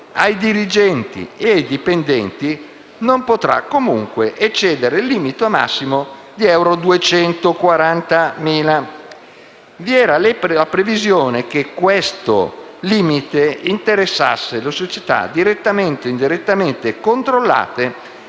ai dirigenti e ai dipendenti (...) non potrà comunque eccedere il limite massimo di euro 240.000». Vi era la previsione che questo limite interessasse le società direttamente o indirettamente controllate